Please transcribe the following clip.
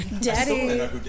Daddy